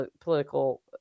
political